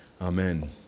Amen